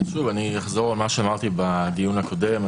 בקיצור, אני אחזור על מה שאמרתי בדיון הקודם.